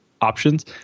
options